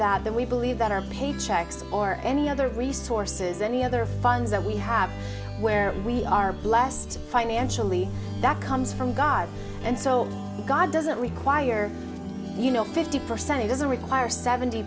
then we believe that our paychecks or at the other resources any other funds that we have where we are blessed financially that comes from god and so god doesn't require you know fifty percent it doesn't require seventy